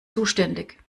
zuständig